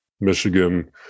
Michigan